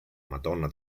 madonna